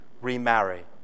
remarry